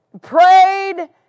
Prayed